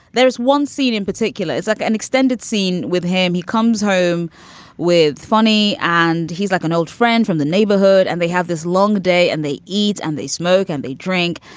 there's one scene in particular is like an extended scene with him. he comes home with funny and he's like an old friend from the neighborhood. and they have this long day and they eat and they smoke and they drink.